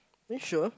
are you sure